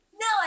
No